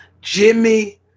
Jimmy